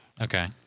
Okay